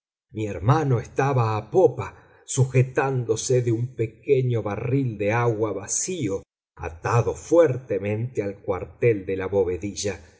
mi hermano estaba a popa sujetándose de un pequeño barril de agua vacío atado fuertemente al cuartel de la